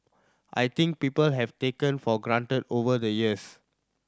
I think people have taken for granted over the years